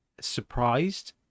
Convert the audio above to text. surprised